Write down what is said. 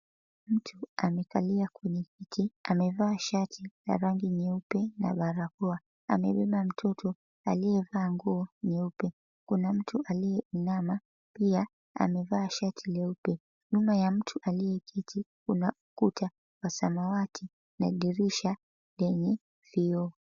Mtu amekalia kwenye kiti amevaa shati la rangi nyeupe na barakoa amebeba mtoto aliyevaa nguo nyeupe. Kuna mtu aliyeinama pia amevaa shati leupe. Nyuma ya mtu aliyeketi kuna ukuta wa samawati na dirisha lenye vioo.